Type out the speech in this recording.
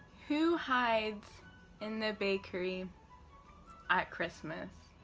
who hides in the bakery at christmas?